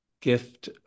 gift